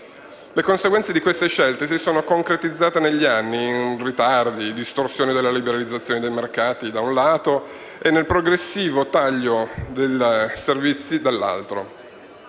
Le conseguenze di quelle scelte si sono concretizzate, negli anni, in ritardi e distorsioni nella liberalizzazione dei mercati, da un lato, e nel progressivo taglio dei servizi, dall'altro,